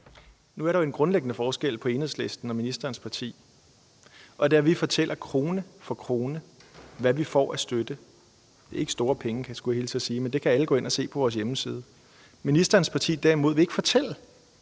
Nu er der jo en grundlæggende forskel på Enhedslisten og ministerens parti, nemlig at vi fortæller krone for krone, hvad vi får af støtte. Det er ikke store penge, skulle jeg hilse og sige, men det kan alle gå ind og se på vores hjemmeside. Ministerens parti derimod vil ikke fortælle,